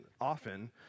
often